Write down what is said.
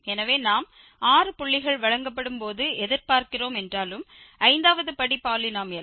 எனவே நாம் 6 புள்ளிகள் வழங்கப்படும் போது எதிர்பார்க்கிறோம் என்றாலும் ஐந்தாவது படி பாலினோமியல்